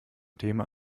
thema